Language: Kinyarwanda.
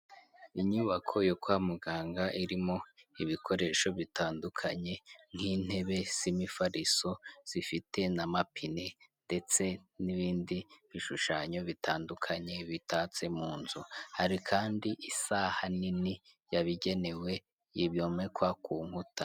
Inyubako yo kwa muganga irimo ibikoresho bitandukanye, nk'intebe z'imifariso zifite n'amapine ndetse n'ibindi bishushanyo bitandukanye bitatse mu nzu, hari kandi isaha nini yabigenewe yomekwa ku nkuta.